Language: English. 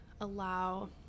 allow